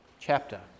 chapter